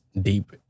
deep